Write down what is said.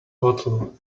hotel